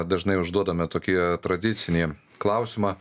dažnai užduodame tokį tradicinį klausimą